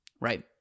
right